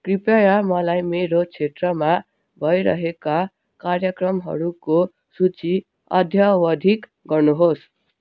कृपया मलाई मेरो क्षेत्रमा भइरहेका कार्यक्रमहरूको सूची अद्यावधिक गर्नुहोस्